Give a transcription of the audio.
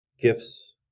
gifts